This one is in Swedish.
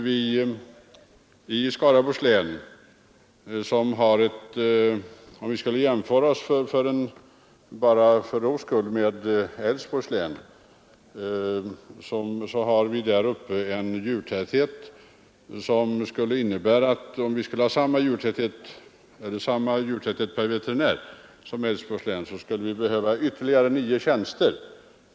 Om Skaraborgs län skulle ha samma djurtäthet per veterinär som Älvsborgs län skulle i det förra distriktet behövas ytterligare nio tjänster.